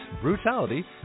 brutality